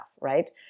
right